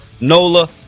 NOLA